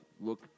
look